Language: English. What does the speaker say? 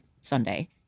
Sunday